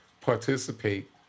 participate